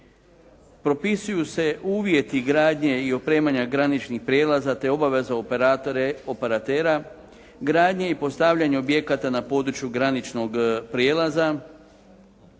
Propisuju se uvjeti gradnje i opremanja graničnih prijelaza te obaveza operatera, gradnje i postavljanja objekata na području graničnog prijelaza,